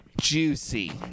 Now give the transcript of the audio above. juicy